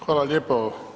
Hvala lijepa.